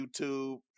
YouTube